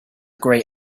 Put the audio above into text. grey